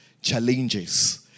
challenges